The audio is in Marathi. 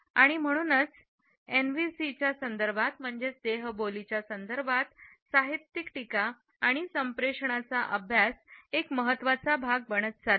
आणि म्हणूनचएनव्हीसी च्या संदर्भात साहित्यिक टीका आणि संप्रेषणाचाअभ्यास एक महत्त्वाचा भाग बनत चालली आहे